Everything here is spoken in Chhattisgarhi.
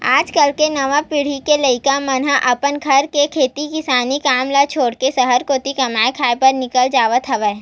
आज कल के नवा पीढ़ी के लइका मन ह अपन घर के खेती किसानी काम ल छोड़ के सहर कोती कमाए खाए बर निकल जावत हवय